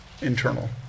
internal